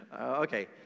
Okay